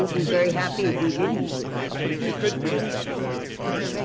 be very happy if we didn't i think you could do that, justice ginsburg.